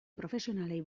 profesionalei